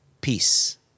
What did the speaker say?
peace